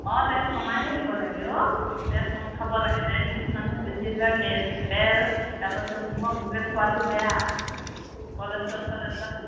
অ' তেল কমাইয়েই দিব লাগে ও তেল কম খাব লাগে ডায়েবেটিছ মানুহে বেছি এইবিলাক তেন তেল তাৰপাছত নিমখ এইবিলাক খোৱাটো বেয়া কলেষ্ট্ৰল চলেষ্ট্ৰল